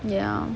ya